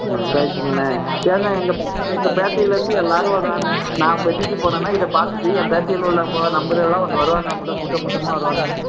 ஆ ரைட்டுங்கண்ணே ஏண்ணே எங்கள் எங்கள் பேட்டையிலிருந்து எல்லோரும் வருவாண்ணே நான் இப்போ வெட்டிகிட்டு போனேன்னா இதை பார்த்துட்டு என் பேட்டையில் உள்ள பூரா நண்பர்களெல்லாம் வந்து வருவாங்க உங்கள்கிட்ட கூட்டம் கூட்டமாக வருவாங்கண்ணே